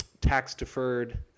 tax-deferred